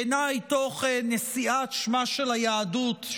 בעיניי תוך נשיאת שמה של היהדות,